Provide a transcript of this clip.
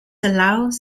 allows